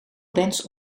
bands